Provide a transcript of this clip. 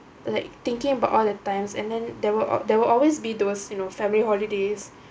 like thinking about all the times and then there will there will always be those you know family holidays